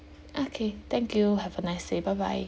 okay thank you have a nice day bye bye